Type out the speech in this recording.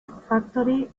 factory